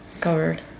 covered